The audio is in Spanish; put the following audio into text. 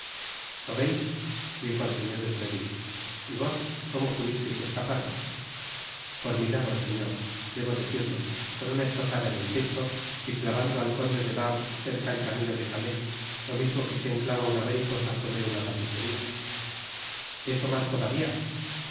lo veis dijo el señor de treville y vos cómo pudisteis escaparos por milagro señor debo decirlo con una estocada en el pecho y clavando al conde de wardes cerca el camino de calais lo mismo que quien cla a una mariposa sobre uia tapicería eso mas todavía